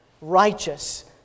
Righteous